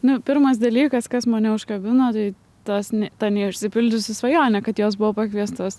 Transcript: nu pirmas dalykas kas mane užkabino tai tas ne ta neišsipildžiusi svajonė kad jos buvo pakviestas